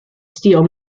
steele